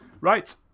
right